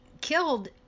killed